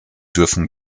dürfen